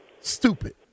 Stupid